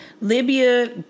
Libya